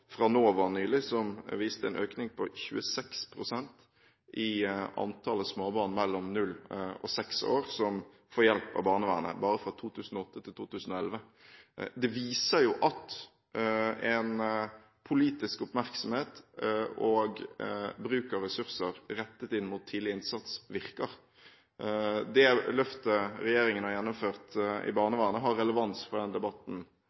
fra NOVA nylig som viste en økning på 26 pst. i antallet småbarn i alderen 0–6 år som får hjelp av barnevernet, bare fra 2008 til 2011. Det viser jo at politisk oppmerksomhet og bruk av ressurser rettet inn mot tidlig innsats virker. Det løftet regjeringen har gjennomført i barnevernet, har relevans for den debatten